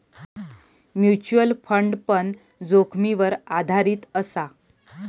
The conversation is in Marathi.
म्युचल फंड पण जोखीमीवर आधारीत असा